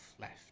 left